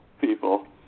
people